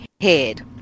head